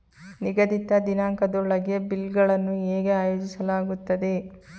ನಿಗದಿತ ದಿನಾಂಕದೊಳಗೆ ಬಿಲ್ ಗಳನ್ನು ಹೇಗೆ ಆಯೋಜಿಸಲಾಗುತ್ತದೆ?